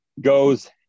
goes